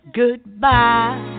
goodbye